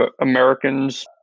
Americans